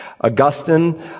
Augustine